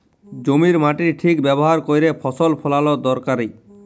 জমির মাটির ঠিক ব্যাভার ক্যইরে ফসল ফলাল দরকারি